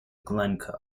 glencoe